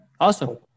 awesome